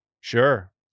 Sure